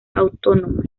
autónoma